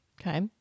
Okay